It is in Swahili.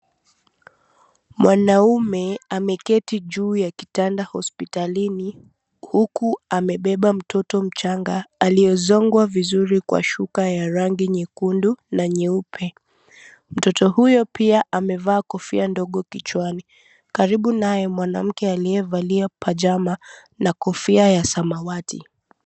Mwanaume ameketi juu ya kitanda hospitalini huku amebeba mtoto mchanga aliyezongwa vizuri kwa shuka ya rangi nyekundu na nyeupe. Mtoto huyo pia amevaa kofia ndogo kichwani. Karibu naye, mwanamke aliyevalia pajama na kofia ya samawati.